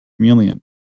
chameleon